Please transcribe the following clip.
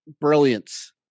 brilliance